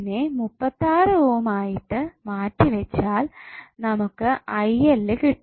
നെ 36 ഓം ആയിട്ട് മാറ്റി വെച്ചാൽ നമുക്ക് കിട്ടും